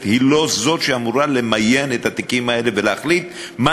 היא לא זו שאמורה למיין את התיקים האלה ולהחליט מה